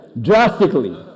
drastically